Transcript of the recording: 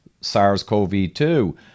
SARS-CoV-2